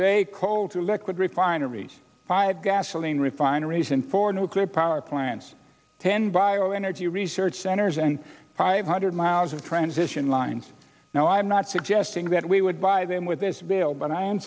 day coal to liquid refineries five gasoline refineries in four nuclear power plants ten bio energy research centers and five hundred miles of transition lines now i'm not suggesting that we would buy them with this bill but i am